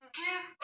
give